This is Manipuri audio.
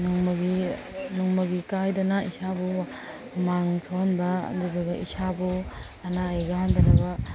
ꯅꯣꯡꯃꯒꯤ ꯅꯣꯡꯃꯒꯤ ꯀꯥꯏꯗꯅ ꯏꯁꯥꯕꯨ ꯍꯨꯃꯥꯡ ꯊꯣꯛꯍꯟꯕ ꯑꯗꯨꯗꯨꯒ ꯏꯁꯥꯕꯨ ꯑꯅꯥ ꯑꯌꯦꯛ ꯌꯥꯎꯍꯟꯗꯅꯕ